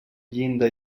llinda